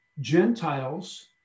Gentiles